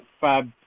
Fab